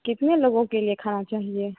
कितने लोगों के लिए खाना चाहिए